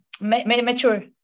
mature